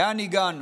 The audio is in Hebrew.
לאן הגענו?